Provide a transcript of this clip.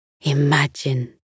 Imagine